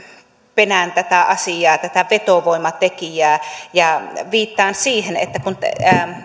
penään tätä asiaa tätä vetovoimatekijää ja viittaan siihen että kun